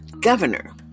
governor